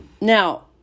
Now